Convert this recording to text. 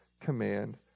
command